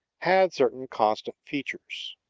had certain constant features.